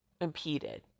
impeded